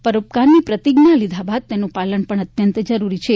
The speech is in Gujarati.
પરોપકાર્રની પ્રતિજ્ઞા લીધા બાદ તેનું પાલન પણ અત્યંત જરૂરી છે